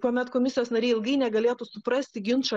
kuomet komisijos nariai ilgai negalėtų suprasti ginčo